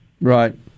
Right